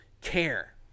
care